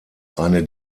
eine